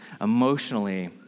emotionally